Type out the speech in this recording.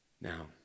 Now